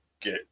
get